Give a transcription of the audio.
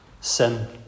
sin